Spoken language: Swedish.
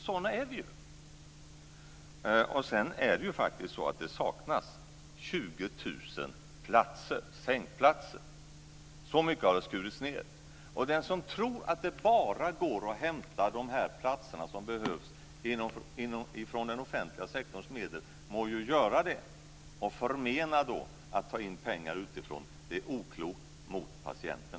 Sådana är vi ju. Det saknas faktiskt 20 000 sängplatser. Så mycket har det skurits ned. Den som tror att det bara går att hämta de platser som behövs från den offentliga sektorns medel må göra det och då förmena att ta in pengar utifrån. Det är oklokt mot patienten.